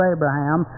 Abraham